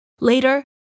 Later